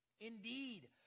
Indeed